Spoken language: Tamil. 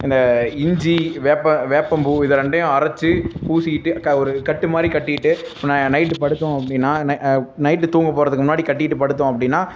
இந்த இஞ்சி வேப்ப வேப்பம்பூ இதை ரெண்டையும் அரைத்து பூசிக்கிட்டு க ஒரு கட்டுமாதிரி கட்டிக்கிட்டு இப்போ நான் நைட்டு படுத்தோம் அப்படின்னா நைட்டு தூங்க போகிறதுக்கு முன்னாடி கட்டிக்கிட்டு படுத்தோம் அப்படின்னா